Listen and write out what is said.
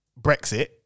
Brexit